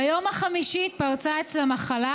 ביום החמישי פרצה אצלה מחלה,